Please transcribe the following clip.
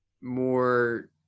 more